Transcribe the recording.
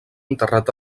enterrat